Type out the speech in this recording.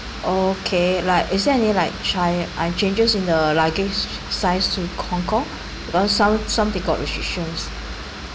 okay like is there any like cha~ uh changes in the luggage size to hong kong because some some they got restrictions